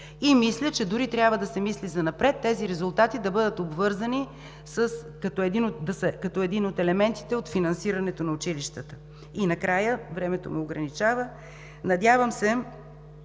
И мисля, че дори трябва да се мисли занапред тези резултати да бъдат обвързани като един от елементите от финансирането на училищата. И накрая – времето ме ограничава, надявам се